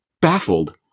baffled